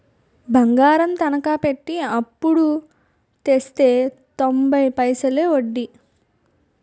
బంగారం తనకా పెట్టి అప్పుడు తెస్తే తొంబై పైసలే ఒడ్డీ